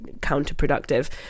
counterproductive